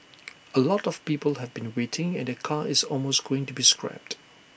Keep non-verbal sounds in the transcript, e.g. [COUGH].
[NOISE] A lot of people have been waiting and their car is almost going to be scrapped